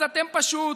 אז אתם פשוט